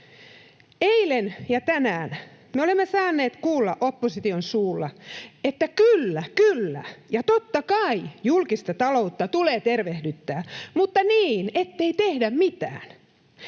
Eilen ja tänään me olemme saaneet kuulla opposition suulla, että kyllä, kyllä ja totta kai julkista taloutta tulee tervehdyttää mutta niin, ettei tehdä mitään,